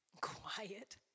quiet